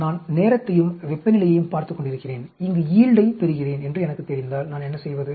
நான் நேரத்தையும் வெப்பநிலையையும் பார்த்துக் கொண்டிருக்கிறேன் இங்கு யீல்டைப் பெறுகிறேன் என்று எனக்குத் தெரிந்தால் நான் என்ன செய்வது